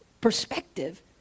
perspective